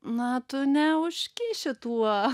na tu neužkiši tuo